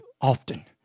often